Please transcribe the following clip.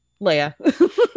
Leia